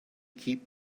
keep